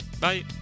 Bye